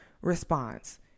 response